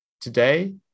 Today